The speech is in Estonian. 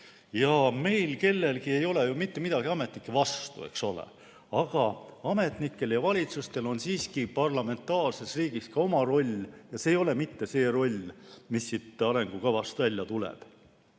Meil kellelgi ei ole ju mitte midagi ametnike vastu, eks ole. Aga ametnikel ja valitsustel on parlamentaarses riigis siiski oma roll ja see ei ole mitte see roll, mis siit arengukavast välja tuleb.